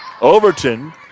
Overton